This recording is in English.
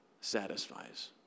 satisfies